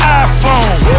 iPhone